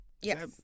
Yes